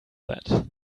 that